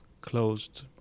closed